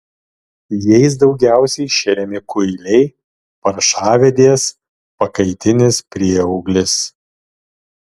jais daugiausiai šeriami kuiliai paršavedės pakaitinis prieauglis